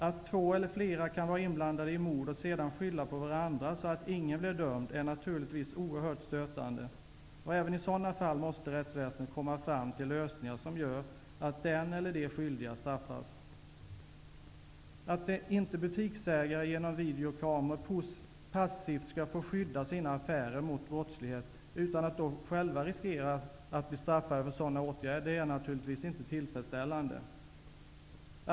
Att två eller flera kan vara inblandade i mord och sedan skylla på varandra, så att ingen blir dömd, är naturligtvis oerhört stötande. Även i sådana fall måste rättsväsendet komma fram till lösningar som gör att den eller de skyldiga straffas. 3. Att inte butiksägare genom videokameror passivt skall få skydda sina affärer mot brottslighet, utan då riskerar att själva bli straffade, är givetvis inte tillfredsställande. 4.